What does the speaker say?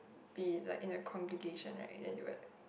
be like in a congregation right then they will like